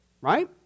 right